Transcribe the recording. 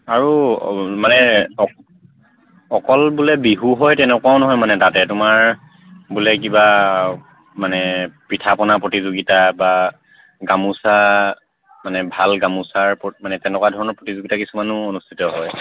আৰু মানে অকল বোলে বিহু হয় তেনেকুৱাও নহয় মানে তাতে তোমাৰ বোলে কিবা মানে পিঠা পনা প্ৰতিযোগিতা বা গামোচা মানে ভাল গামোচাৰ ওপৰত মানে তেনেকুৱা ধৰণৰ প্ৰতিযোগিতা কিছুমানো অনুষ্ঠিত হয়